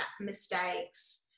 mistakes